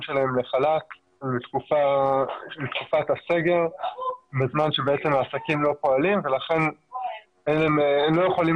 שלהם לחל"ת לתקופת הסגר בזמן שהעסקים לא פועלים ולכן הם לא יכולים